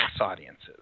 audiences